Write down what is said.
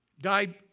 Died